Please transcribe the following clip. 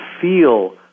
feel